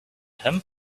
him